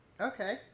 Okay